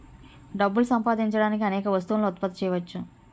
డబ్బులు సంపాదించడానికి అనేక వస్తువులను ఉత్పత్తి చేయవచ్చు